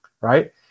right